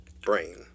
brain